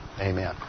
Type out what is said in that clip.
Amen